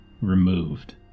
removed